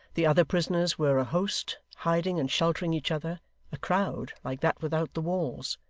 the other prisoners were a host, hiding and sheltering each other a crowd like that without the walls.